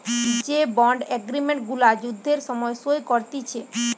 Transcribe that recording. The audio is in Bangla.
যে বন্ড এগ্রিমেন্ট গুলা যুদ্ধের সময় সই করতিছে